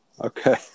okay